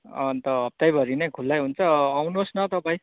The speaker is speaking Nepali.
अन्त हप्तैभरि नै खुल्लै हुन्छ आउनुहोस् न तपाईँ